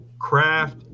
craft